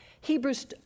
Hebrews